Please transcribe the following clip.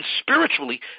spiritually